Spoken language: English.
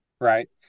right